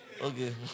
okay